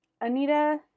Anita